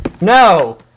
No